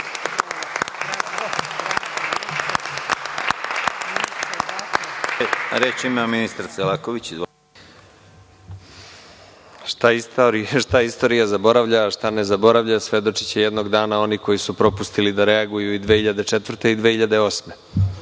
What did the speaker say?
**Nikola Selaković** Šta istorija zaboravlja a šta ne zaboravlja, svedočiće jednog dana oni koji su propustili da reaguju i 2004. i 2008.